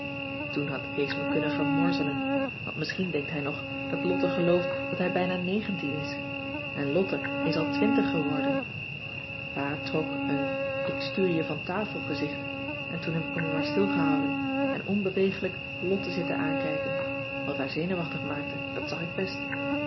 toen had kees me kunnen vermorzelen want misschien denkt hij nog dat lotte gelooft dat hij bijna negentien is en lotte is al twintig geworden pa trok een ik stuur je van tafel gezicht en toen heb ik me maar stilgehouden en onbewegelijk lotte zitten aankijken wat haar zenuwachtig maakte dat zag ik best